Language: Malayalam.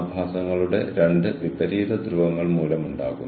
അയൽവാസിയുടെ വീട്ടിൽ ഫോൺ വിളിക്കേണ്ട സാഹചര്യങ്ങൾ ഞങ്ങൾക്കുണ്ടായിട്ടുണ്ട്